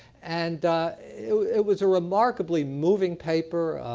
and it was a remarkably moving paper.